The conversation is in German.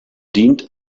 dient